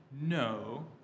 no